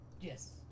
yes